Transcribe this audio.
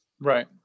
Right